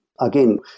again